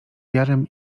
jarem